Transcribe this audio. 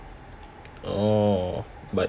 oh but